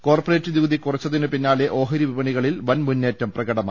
corporate നികുതി കുറച്ചതിനു പിന്നാലെ ഓഹരി വിപ ണികളിൽ വൻമുന്നേറ്റം പ്രകടമായി